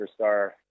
superstar